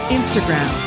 Instagram